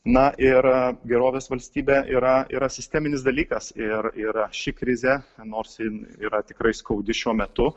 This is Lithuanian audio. na ir gerovės valstybė yra yra sisteminis dalykas ir ir ši krizė nors jin yra tikrai skaudi šiuo metu